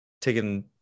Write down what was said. Taken